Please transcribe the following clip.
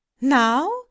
now